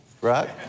Right